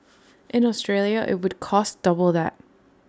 in Australia IT would cost double that